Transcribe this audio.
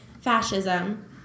fascism